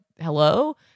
hello